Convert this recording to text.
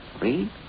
Read